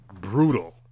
brutal